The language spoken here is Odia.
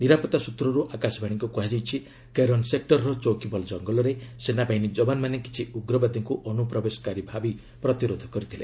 ନିରାପତ୍ତା ସୂତ୍ରରୁ ଆକାଶବାଶୀକୁ କୁହାଯାଇଛି କେରାନ୍ ସେକ୍ଟରର ଚୌକିବଲ୍ ଜଙ୍ଗଲରେ ସେନାବାହିନୀ ଯବାନମାନେ କିଛି ଉଗ୍ରବାଦୀଙ୍କୁ ଅନୁପ୍ରବେଶକାରୀ ଭାବି ପ୍ରତିରୋଧ କରିଥିଲେ